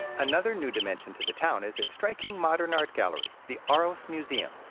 another new dimension to the town is its striking modern art gallery, the aros museum.